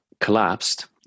collapsed